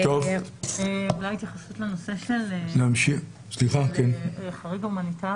אולי התייחסות של החריג ההומניטרי.